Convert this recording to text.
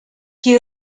qui